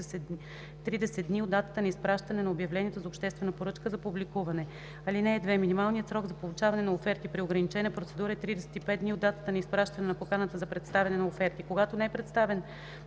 30 дни от датата на изпращане на обявлението за обществена поръчка за публикуване. 2) Минималният срок за получаване на оферти при ограничена процедура е 35 дни от датата на изпращане на поканата за представяне на оферти. Когато не е предоставен